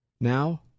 Now